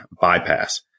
bypass